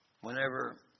whenever